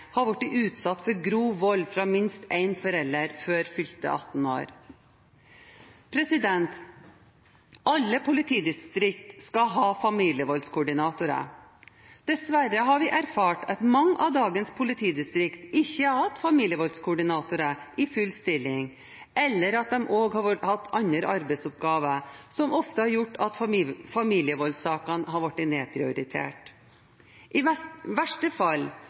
har blitt utsatt for grov vold fra minst en forelder før fylte 18 år. Alle politidistrikt skal ha familievoldskoordinatorer. Dessverre har vi erfart at mange av dagens politidistrikter ikke har hatt familievoldskoordinatorer i full stilling, eller at de også har hatt andre arbeidsoppgaver som ofte har gjort at familievoldssakene har blitt nedprioritert. I verste fall